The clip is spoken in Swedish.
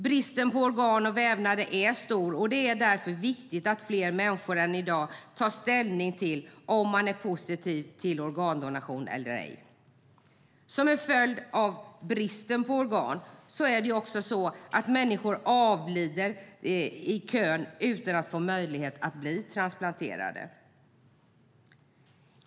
Bristen på organ och vävnader är stor, och det är därför viktigt att fler människor än i dag tar ställning till om man är positiv till organdonation eller inte. Som en följd av bristen på organ avlider människor som står i kö innan de får möjlighet att få organ transplanterade.